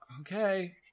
okay